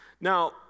Now